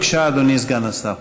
בבקשה, אדוני סגן השר.